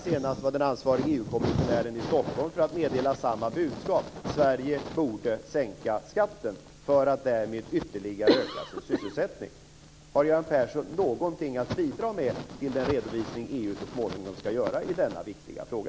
Senast var den ansvarige EU-kommissionären i Stockholm för att meddela samma budskap: Sverige borde sänka skatten för att därmed ytterligare öka sin sysselsättning. Har Göran Persson någonting att bidra med till den redovisning som EU så småningom ska göra i denna viktiga fråga?